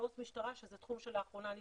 מעו"ס משטרה שזה תחום שלאחרונה אני